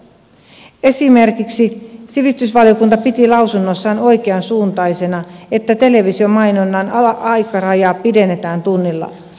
esimerkiksi sivistysvaliokunta piti lausunnossaan oikeansuuntaisena että televisiomainonnan aikarajaa pidennetään tunnilla